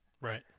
Right